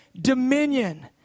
dominion